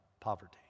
poverty